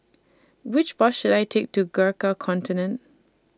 Which Bus should I Take to Gurkha Contingent